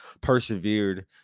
persevered